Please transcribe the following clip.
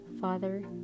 Father